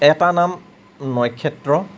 এটাৰ নাম নক্ষত্ৰ